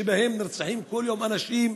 שבהם נרצחים כל יום אנשים.